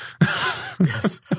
Yes